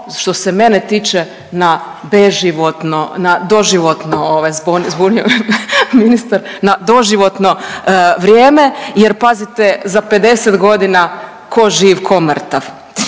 me ministar, na doživotno vrijeme jer pazite za 50.g. ko živ ko mrtav.